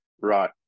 right